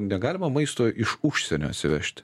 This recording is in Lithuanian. negalima maisto iš užsienio atsivežti